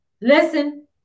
Listen